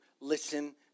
listen